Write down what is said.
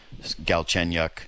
Galchenyuk